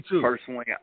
personally